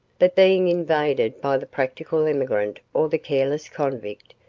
but, being invaded by the practical emigrant or the careless convict,